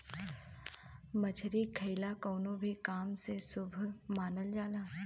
मछरी खाईल कवनो भी काम में शुभ मानल जाला